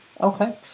Okay